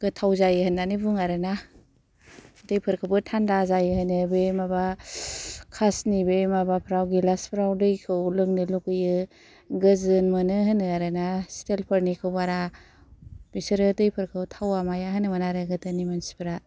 गोथाव जायो होननानै बुङो आरो ना दैफोरखौबो थान्दा जायो होनो बे माबा खासनि बे माबाफ्राव गेलासफ्राव दैखौ लोंनो लुगैयो गोजोन मोनो होनो आरो ना स्टिल फोरनिखौ बारा बिसोरो दैफोरखौ थावा माया होनोमोन आरो गोदोनि मानसिफ्रा